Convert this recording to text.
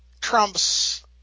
trumps